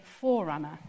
forerunner